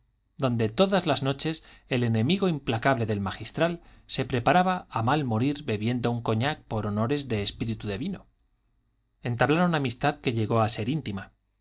donde todas las noches el enemigo implacable del magistral se preparaba a mal morir bebiendo un cognac con honores de espíritu de vino entablaron amistad que llegó a ser íntima